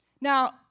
Now